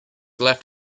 left